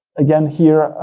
again, here,